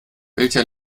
welcher